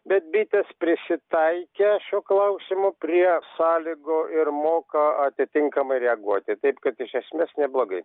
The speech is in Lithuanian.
bet bitės prisitaikė šiuo klausimu prie sąlygų ir moka atitinkamai reaguoti taip kad iš esmės neblogai